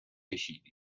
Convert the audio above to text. ﻧﻌﺮه